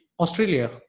Australia